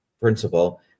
principle